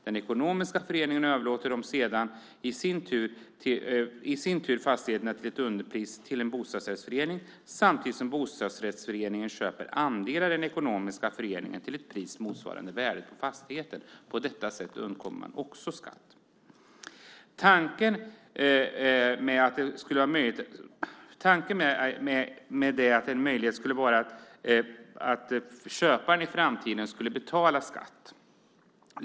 Den ekonomiska föreningen överlåter sedan i sin tur fastigheten till ett underpris till en bostadsrättsförening samtidigt som bostadsrättsföreningen köper andelar i den ekonomiska föreningen till ett pris motsvarande värdet på fastigheten. På detta sätt undkommer man också skatt. Tanken är att det ska vara möjligt för köparen att i framtiden betala skatt.